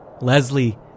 Leslie